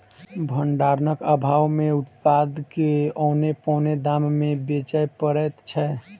भंडारणक आभाव मे उत्पाद के औने पौने दाम मे बेचय पड़ैत छै